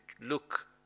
look